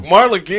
Marla